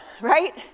right